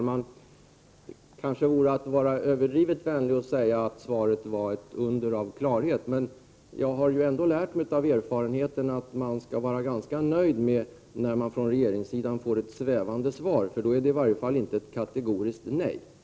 Herr talman! Det kanske vore överdrivet vänligt att säga att svaret är ett under av klarhet, men jag har ändå av erfarenhet lärt mig att man skall vara ganska nöjd när man från regeringssidan får ett svävande svar, för då är det i alla fall inte fråga om ett kategoriskt nej.